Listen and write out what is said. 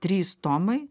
trys tomai